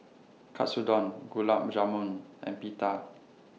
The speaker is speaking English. Katsudon Gulab Jamun and Pita